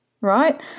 right